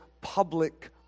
public